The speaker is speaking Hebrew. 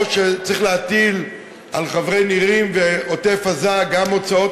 או שצריך להטיל על חברי נירים ועוטף-עזה גם הוצאות